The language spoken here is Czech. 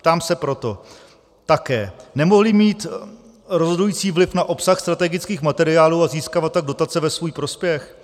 Ptám se proto také: Nemohli mít rozhodující vliv na obsah strategických materiálů, a získávat tak dotace ve svůj prospěch?